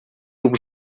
rób